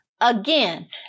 again